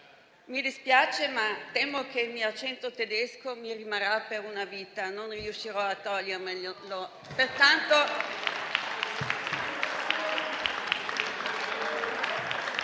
Mi dispiace, ma temo che il mio accento tedesco mi rimarrà per una vita; non riuscirò a togliermelo.